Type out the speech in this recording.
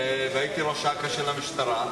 הייתי ראש אכ"א של המשטרה.